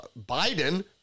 biden